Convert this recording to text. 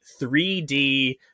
3D